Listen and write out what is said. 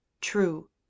true